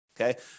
Okay